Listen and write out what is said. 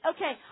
Okay